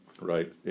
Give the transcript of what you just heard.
right